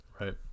Right